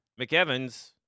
McEvans